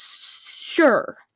sure